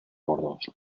gordos